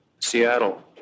Seattle